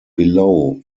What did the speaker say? below